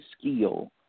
skill